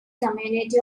community